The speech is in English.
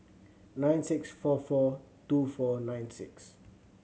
nine six four four two four nine six